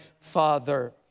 Father